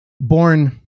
Born